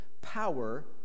power